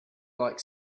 like